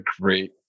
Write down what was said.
great